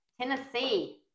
Tennessee